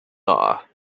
are